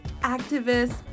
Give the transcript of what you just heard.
activists